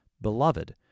Beloved